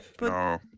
No